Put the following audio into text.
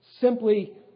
simply